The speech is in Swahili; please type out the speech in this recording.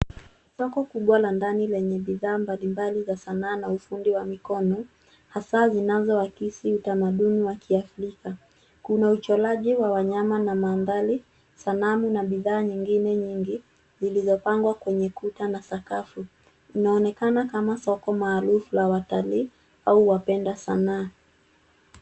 Rakwa kubwa la ndani lenye bidhaa mbalimbali za sanaa na ufundi wa mikono, hasa zinazo akisi utamaduni wa kiafrika. Kuna uchoraji wa wanyama na ma mbale, sanamu na bidhaa nyingine nyingi zilzo pangwa kwenye kuta na sakafu. Inaonekana kama soko maarufu aa watali au wapenda sanaa.